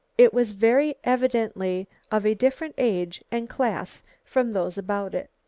it was very evidently of a different age and class from those about it.